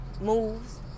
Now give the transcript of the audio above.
moves